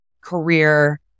career